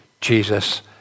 Jesus